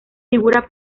figura